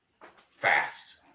fast